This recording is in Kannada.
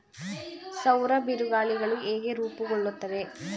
ಸೌರ ಬಿರುಗಾಳಿಗಳು ಹೇಗೆ ರೂಪುಗೊಳ್ಳುತ್ತವೆ?